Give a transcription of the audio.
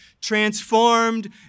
transformed